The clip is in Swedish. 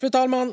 Fru talman!